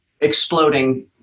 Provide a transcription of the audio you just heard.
exploding